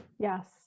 yes